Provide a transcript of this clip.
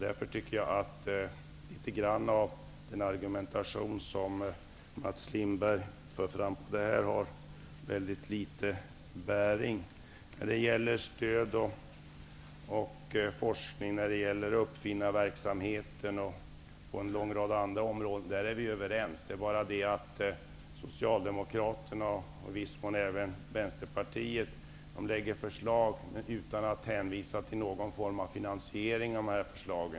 Därför menar jag att den argumentation som Mats Lindberg för fram här har liten bäring. När det gäller stöd till forskning, uppfinnarverksamhet och en lång rad andra områden är vi överens. Men Socialdemokraterna och i viss mån även Vänsterpartiet lägger fram förslag utan att hänvisa till någon finansiering.